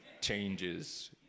changes